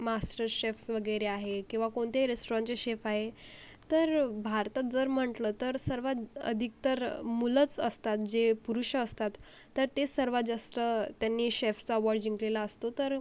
master chefs वगैरे आहे किंवा कोणतेही रेस्टॉरनचे शेफ आहे तर भारतात जर म्हटलं तर सर्वात अधिक तर मुलंच असतात जे पुरुष असतात तर तेस सर्वात जास्त त्यांनी शेफसा अवॉळ जिंकलेला असतो तर